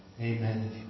Amen